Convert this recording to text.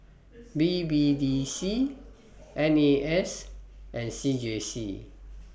B B D C N A S and C J C